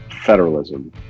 federalism